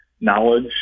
knowledge